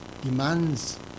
demands